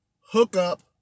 Hookup